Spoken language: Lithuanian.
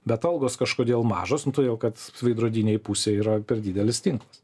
bet algos kažkodėl mažos nu todėl kad veidrodinėj pusėj yra per didelis tinklas